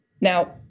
Now